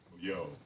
Yo